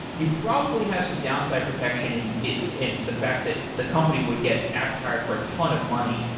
you probably have some downside protection in in the fact that the company would get acquihired for a ton of money.